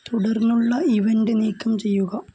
തുടർന്നുള്ള ഇവൻ്റ് നീക്കം ചെയ്യുക